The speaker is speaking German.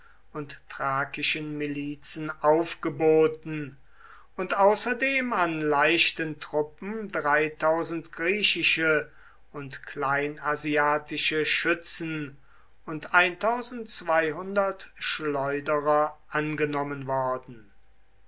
und thrakischen milizen aufgeboten und außerdem an leichten truppen griechische und kleinasiatische schützen und schleuderer angenommen worden